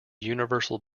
universal